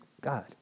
God